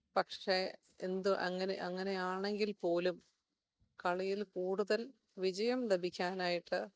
പക്ഷേ എന്ത് അങ്ങനെ അങ്ങനെ അങ്ങനെയാണെങ്കിൽപ്പോ ലും കളിയിൽ കൂടുതൽ വിജയം ലഭിക്കാനായിട്ട്